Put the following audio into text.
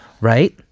Right